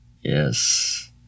yes